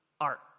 art